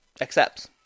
accepts